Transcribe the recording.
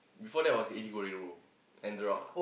before that was Eddie-Guerrero and the rock ah